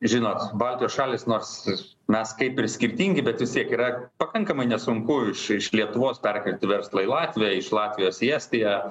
žinot baltijos šalys nors mes kaip ir skirtingi bet vis tiek yra pakankamai nesunku iš lietuvos perkelti verslą į latviją iš latvijos į estiją